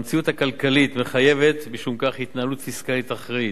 המציאות הכלכלית מחייבת משום כך התנהלות פיסקלית אחראית,